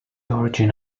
origin